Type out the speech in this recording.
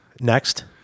Next